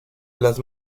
las